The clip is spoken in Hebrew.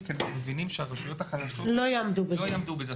כי מבינים שהרשויות החלשות לא יעמדו בזה.